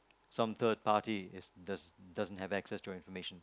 some third party is the doesn't have excess to the information